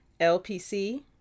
LPC